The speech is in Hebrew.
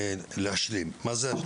ולהשלים את מה שצריך.